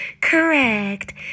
correct